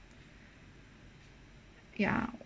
ya